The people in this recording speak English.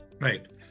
Right